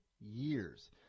years